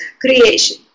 creation